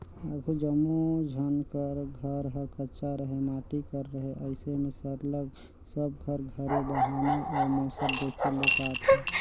आघु जम्मो झन कर घर हर कच्चा रहें माटी कर रहे अइसे में सरलग सब कर घरे बहना अउ मूसर देखे ले पाते